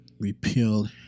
repealed